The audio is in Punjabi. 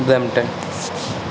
ਬਰੈਂਪਟਨ